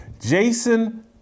Jason